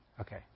Okay